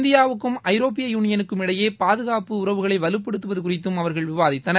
இந்தியாவுக்கும் ஐரோப்பிய யூளியனுக்கும் இடையே பாதுகாப்பு உறவுகளை வலுப்படுத்துவது குறித்தும் அவர்கள் விவாதித்தனர்